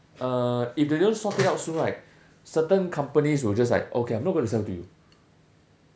uh if they don't sort it out soon right certain companies will just like okay I'm not going to sell to you